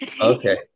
Okay